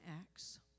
acts